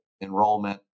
enrollment